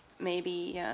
maybe